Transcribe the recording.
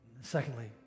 Secondly